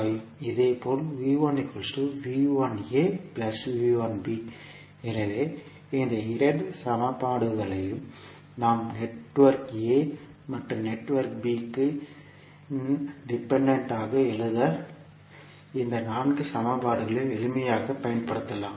இதேபோல் எனவே இந்த இரண்டு சமன்பாடுகளையும் நாம் நெட்வொர்க் a மற்றும் நெட்வொர்க் b க்கு இன் டிபெண்டன்ட் ஆக எழுதிய இந்த நான்கு சமன்பாடுகளையும் எளிமையாக்க பயன்படுத்தலாம்